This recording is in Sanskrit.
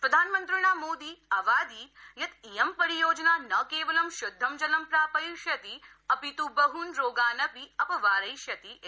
प्रधानमन्त्री मोदी अवादीत् यत् इयं परियोजना न केवलं शुद्धं जलं प्रापयिष्यति अपित् बहून् रोगानपि अपवारयिष्यति इति